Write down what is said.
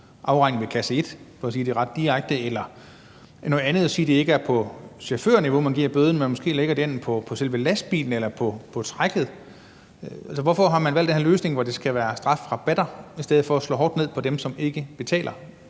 afregning ved kasse et, for at sige det ret direkte, eller noget andet – f.eks. sige, at det ikke er på chaufførniveau, man giver bøden, men at man måske lægger det ind på selve lastbilen eller på trækket? Hvorfor har man valgt den her løsning, hvor det skal være strafrabatter, i stedet for at slå hårdt ned på dem, som ikke betaler?